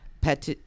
pet